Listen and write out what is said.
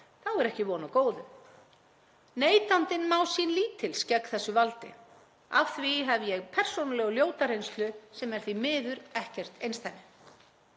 þá er ekki von á góðu. Neytandinn má sín lítils gegn þessu valdi. Af því hef ég persónulega og ljóta reynslu sem er því miður ekki einsdæmi.